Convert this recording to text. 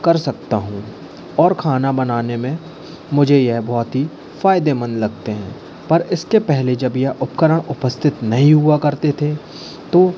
कर सकता हूँ और खाना बनाने में मुझे यह बहुत ही फ़ायदेमंद लगते हैं पर इसके पहले जब यह उपकरण उपस्थित नहीं हुआ करते थे तो